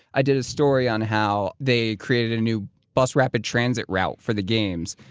i did a story on how they created a new bus rapid transit route for the games.